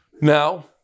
Now